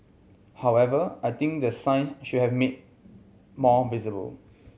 however I think the sign should have made more visible